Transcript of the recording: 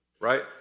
right